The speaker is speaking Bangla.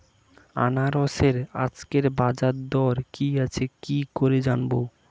আনারসের আজকের বাজার দর কি আছে কি করে জানবো?